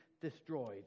destroyed